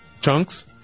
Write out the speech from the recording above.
Chunks